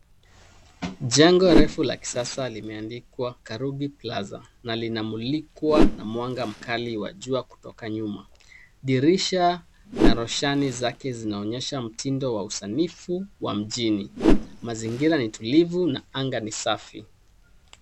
Jengo refu la kisasa limeandikwa Karubi Plaza na linamulikwa na mwanga mkali wa jua kutoka nyuma. Dirisha na roshani zake zinaonyesha mtindo wa usanifu wa mjini. Mazingira ni tulivu na anga ni safi .